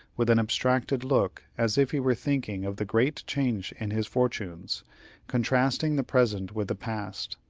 with an abstracted look as if he were thinking of the great change in his fortunes contrasting the present with the past.